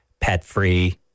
pet-free